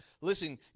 listen